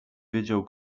wiedział